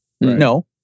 No